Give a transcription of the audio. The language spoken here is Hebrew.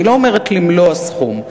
אני לא אומרת למלוא הסכום,